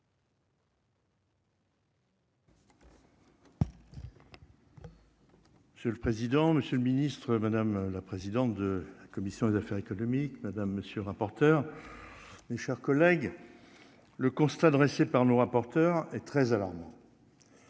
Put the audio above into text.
Monsieur le président, monsieur le ministre, madame la présidente de la commission des affaires économiques, madame, monsieur, rapporteur, mes chers collègues, le constat dressé par le rapporteur et très alarmant